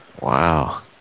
Wow